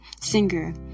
singer